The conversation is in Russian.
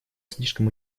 слишком